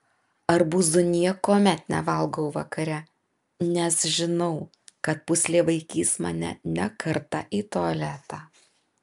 arbūzų niekuomet nevalgau vakare nes žinau kad pūslė vaikys mane ne kartą į tualetą